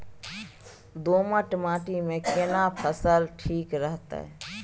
दोमट माटी मे केना फसल ठीक रहत?